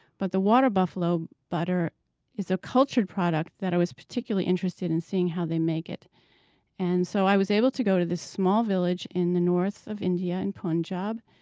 but the water buffalo butter is the cultured product that i was particularly interested in seeing how they make it and so i was able to go to a small village in the north of india, in punjab,